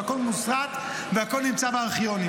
והכול מוסרט והכול נמצא בארכיונים,